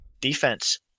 defense